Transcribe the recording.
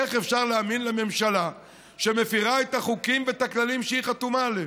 איך אפשר להאמין לממשלה שמפירה את החוקים ואת הכללים שהיא חתומה עליהם?